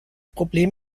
problem